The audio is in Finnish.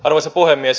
arvoisa puhemies